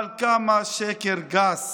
אבל כמה שקר גס